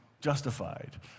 justified